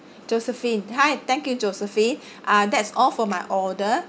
josephine hi thank you josephine ah that's all for my order